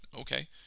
Okay